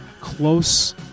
close